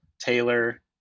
taylor